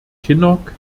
kinnock